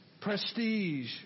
Prestige